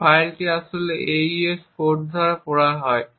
এই ফাইলটি আসলে AES কোড দ্বারা পড়া হয়